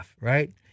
right